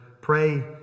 pray